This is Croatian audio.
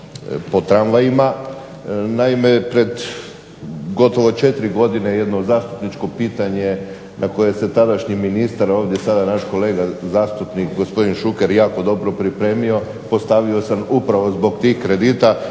Naime, pred gotovo 4 godine jedno zastupničko pitanje na koje se tadašnji ministar, a ovdje sada naš kolega zastupnik gospodin Šuker jako dobro pripremio, postavio sam upravo zbog tih kredita